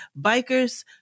Bikers